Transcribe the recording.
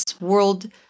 world